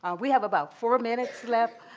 um we have about four minutes left.